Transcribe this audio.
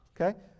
Okay